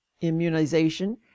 Immunization